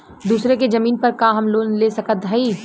दूसरे के जमीन पर का हम लोन ले सकत हई?